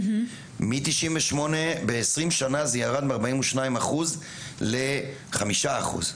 מ-98 בעשרים שנה זה ירד מ-42 אחוז לחמישה אחוז,